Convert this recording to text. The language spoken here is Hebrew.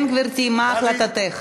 כן, גברתי, מה החלטתך?